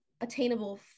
attainable